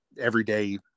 everyday